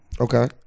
Okay